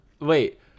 Wait